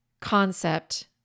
concept